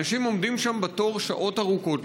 אנשים עומדים שם בתור שעות ארוכות,